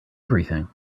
everything